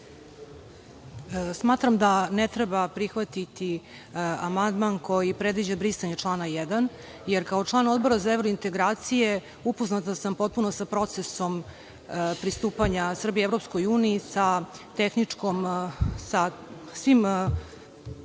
Smatram da ne treba prihvatiti amandman koji predviđa brisanje člana 1. jer, kao član Odbora za evrointegracije, upoznata sam potpuno sa procesom pristupanja Srbije Evropskoj uniji, koliko je to